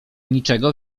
niczego